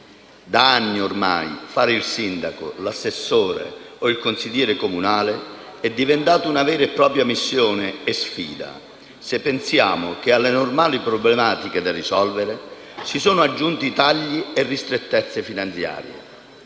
Da anni, ormai, fare il sindaco, l'assessore o il consigliere comunale è diventata una vera e propria missione e una difficile sfida, se pensiamo che alle normali problematiche da risolvere si sono aggiunti tagli e ristrettezze finanziarie.